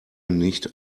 nicht